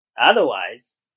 Otherwise